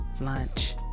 lunch